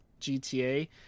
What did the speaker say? GTA